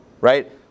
right